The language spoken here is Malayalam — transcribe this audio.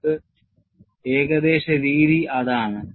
നമ്മൾക്ക് ഏകദേശ രീതി അതാണ്